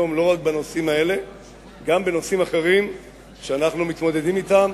לא רק בנושאים האלה אלא גם בנושאים אחרים שאנחנו מתמודדים אתם.